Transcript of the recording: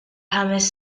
ħames